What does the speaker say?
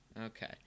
Okay